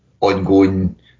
ongoing